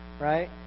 right